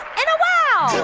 and a wow